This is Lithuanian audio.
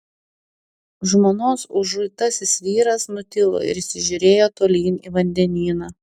žmonos užuitasis vyras nutilo ir įsižiūrėjo tolyn į vandenyną